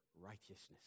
righteousness